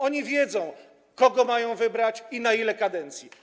Oni wiedzą, kogo mają wybrać i na ile kadencji.